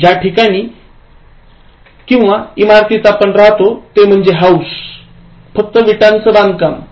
ज्या ठिकाणी किंवा इमारतीत आपण राहतो ते म्हणजे हाऊस फक्त विटांचे बांधकाम